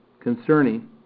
Concerning